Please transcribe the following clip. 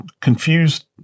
confused